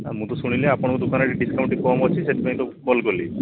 ହଁ ମୁଁ ତ ଶୁଣିଲି ଆପଣଙ୍କ ଦୋକାନରେ ଡିସକାଉଣ୍ଟ ଟିକେ କମ୍ ଅଛି ସେଥିପାଇଁ ତ କଲ୍ କଲି